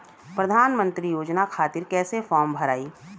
प्रधानमंत्री योजना खातिर कैसे फार्म भराई?